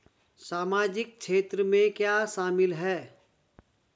सामाजिक क्षेत्र में क्या शामिल है?